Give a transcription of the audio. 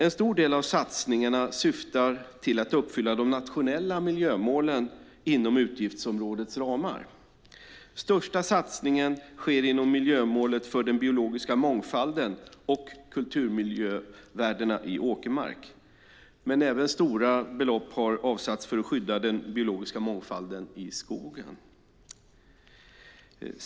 En stor del av satsningarna syftar till att uppfylla de nationella miljömålen inom utgiftsområdets ramar. Största satsningen sker inom miljömålet för den biologiska mångfalden och kulturmiljövärdena i åkermark, men stora belopp har även avsatts för att skydda den biologiska mångfalden i skogen.